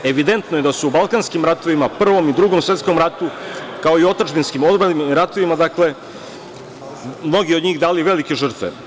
Evidentno je da su u Balkanskim ratovima, Prvom i Drugom svetskom ratu, kao i otadžbinskim odbrambenim ratovima mnogi od njih dali velike žrtve.